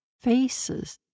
faces